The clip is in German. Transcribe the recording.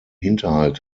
hinterhalt